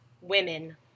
Women